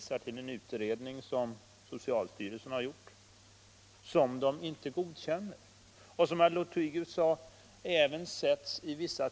Som herr Lothigius sade sätts den i tvivelsmål även av medicinare.